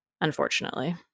unfortunately